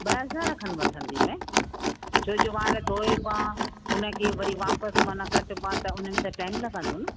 ॿ हज़ार खनि वठंदीमाव छो जो वार धोइबा उनखे वरी वापिसि माना कटबा त उनमें त टाइम लॻंदो न